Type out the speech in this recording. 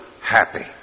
happy